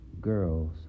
girls